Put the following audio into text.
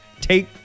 take